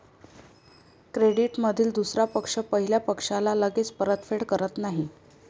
क्रेडिटमधील दुसरा पक्ष पहिल्या पक्षाला लगेच परतफेड करत नाही